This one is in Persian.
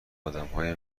آدمهای